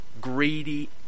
Greedy